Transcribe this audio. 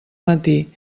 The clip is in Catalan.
matí